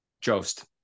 Jost